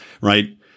right